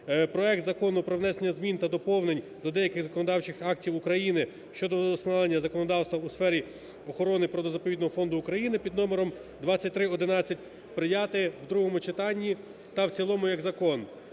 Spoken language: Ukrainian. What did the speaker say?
проект Закону про внесення змін та доповнень до деяких законодавчих актів України (щодо удосконалення законодавства у сфері охорони Природно-заповідного фонду України) (під номером 2311) прийняти в другому читанні та в цілому як закон.